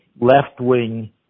left-wing